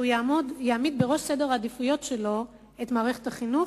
שהוא יעמיד בראש סדר העדיפויות שלו את מערכת החינוך,